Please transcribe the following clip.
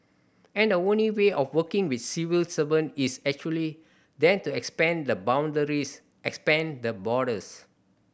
and the only way of working with civil servant is actually then to expand the boundaries expand the borders